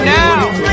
now